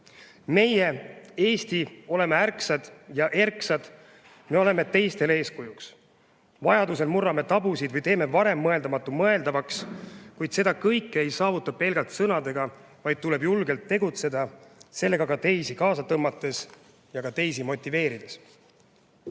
Meie Eestis oleme ärksad ja erksad, me oleme teistele eeskujuks. Vajaduse korral murrame tabusid või teeme varem mõeldamatu mõeldavaks. Kuid seda kõike ei saavuta pelgalt sõnadega, vaid meil tuleb julgelt tegutseda ning teisigi kaasa tõmmata ja motiveerida.